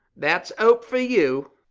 that's hope for you.